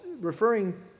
referring